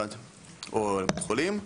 או לקופת חולים.